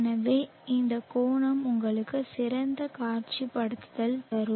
எனவே இந்த கோணம் உங்களுக்கு சிறந்த காட்சிப்படுத்தல் தரும்